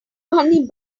bunny